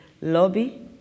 lobby